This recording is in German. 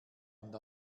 und